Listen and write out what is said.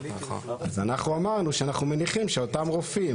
אז אנחנו אמרנו שאנחנו מניחים שאותם רופאים